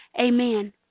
Amen